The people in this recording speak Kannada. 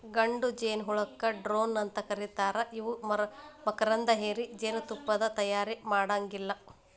ಗಂಡು ಜೇನಹುಳಕ್ಕ ಡ್ರೋನ್ ಅಂತ ಕರೇತಾರ ಇವು ಮಕರಂದ ಹೇರಿ ಜೇನತುಪ್ಪಾನ ತಯಾರ ಮಾಡಾಂಗಿಲ್ಲ